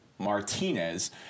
Martinez